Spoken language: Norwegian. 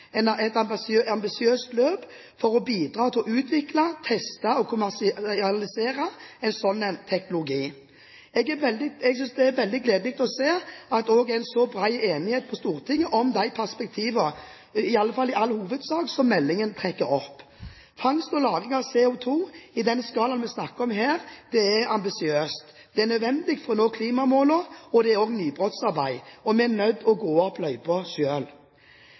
har lagt et ambisiøst løp for å bidra til å utvikle, teste og kommersialisere en sånn teknologi. Jeg synes det er veldig gledelig å se at det også i all hovedsak er så bred enighet på Stortinget om de perspektivene som meldingen trekker opp. Fangst og lagring av CO2 i den skalaen vi snakker om her, er ambisiøst. Det er nødvendig for å nå klimamålene, det er nybrottsarbeid, og vi er nødt til å gå opp